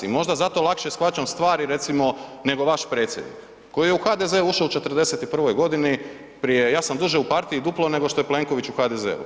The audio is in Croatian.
I možda zato lakše shvaćam stvari recimo nego vaš predsjednik koji je u HDZ ušao u 41 godini prije, ja sam duže u partiji duplo nego što je Plenković u HDZ-u.